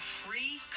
free